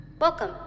Welcome